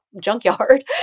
junkyard